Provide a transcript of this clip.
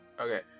Okay